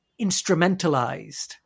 instrumentalized